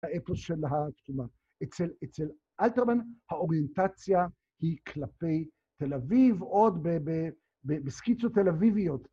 האפוס של התקומה. אצל אלתרמן האוריינטציה היא כלפי תל אביב, עוד בסקיצות תל אביביות.